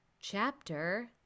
Chapter